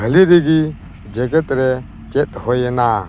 ᱦᱟᱹᱞᱤ ᱨᱮᱜᱮ ᱡᱮᱜᱮᱫᱨᱮ ᱪᱮᱫ ᱦᱩᱭᱮᱱᱟ